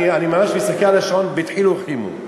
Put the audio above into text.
אני ממש מסתכל על השעון בדחילו ורחימו.